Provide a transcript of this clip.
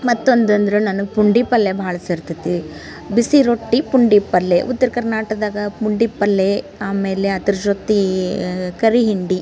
ಮತ್ತೊಂದಂದ್ರೆ ನನ್ಗೆ ಪುಂಡಿ ಪಲ್ಯ ಭಾಳ ಸೇರ್ತದೆ ಬಿಸಿ ರೊಟ್ಟಿ ಪುಂಡಿ ಪಲ್ಯ ಉತ್ತರ ಕರ್ನಾಟಕದಾಗ ಪುಂಡಿ ಪಲ್ಲೆ ಆಮೇಲೆ ಅದ್ರ ಜೊತೆ ಕರಿ ಹಿಂಡಿ